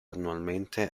annualmente